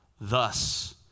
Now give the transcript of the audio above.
thus